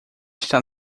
está